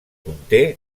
conté